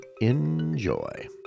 enjoy